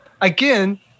Again